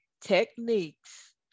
techniques